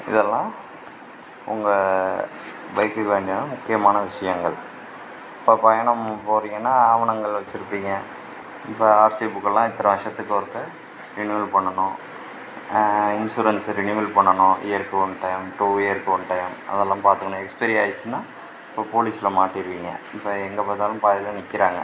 இதெல்லாம் உங்கள் பைக்குக்கு வேண்டிய முக்கியமான விஷயங்கள் இப்போ பயணம் போறீங்கன்னா ஆவணங்கள் வச்சிருப்பீங்க இப்போ ஆர்சி புக்கெல்லாம் இத்தனை வர்ஷத்துக்கு ஒருக்க ரினீவல் பண்ணனும் இன்சூரன்ஸு ரினீவல் பண்ணனும் இயர்க்கு ஒன் டைம் டூ இயர்க்கு ஒன் டைம் அதெல்லாம் பார்த்துக்கணும் எக்ஸ்பைரி ஆய்டுச்சின்னா இப்போ போலீஸில் மாட்டிருவீங்க இப்போ எங்கே பார்த்தாலும் பாதையில் நிற்கிறாங்க